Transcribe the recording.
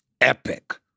epic